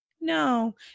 no